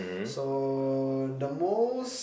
so the most